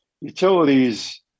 Utilities